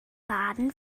baden